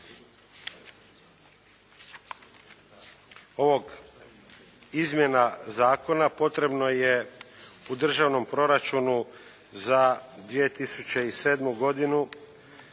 ovih izmjena zakona potrebno je u državnom proračunu za 2007. godinu